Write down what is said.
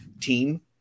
team